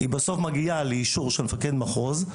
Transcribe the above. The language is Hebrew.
היא בסוף מגיעה לאישור של מפקד מחוז.